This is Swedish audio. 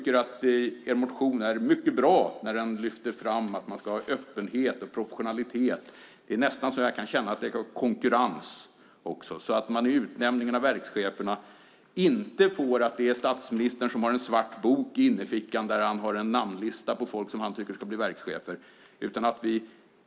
Er motion är mycket bra eftersom ni lyfter fram att det ska vara öppenhet och professionalitet - det är nästan så att jag kan känna en konkurrens. Vid utnämningen av verkschefer får det inte vara så att statsministern i innerfickan har en svart bok där han har en lista över personer som han tycker ska bli verkschefer.